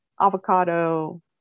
avocado